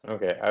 Okay